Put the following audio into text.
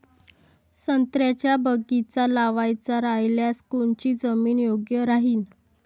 संत्र्याचा बगीचा लावायचा रायल्यास कोनची जमीन योग्य राहीन?